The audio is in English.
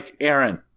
Aaron